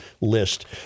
list